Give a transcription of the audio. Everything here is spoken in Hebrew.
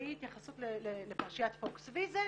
והיא התייחסות לפרשיית פוקס ויזל,